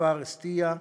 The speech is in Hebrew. כפר דיר-איסתיא,